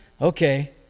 Okay